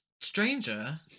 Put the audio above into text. Stranger